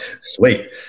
Sweet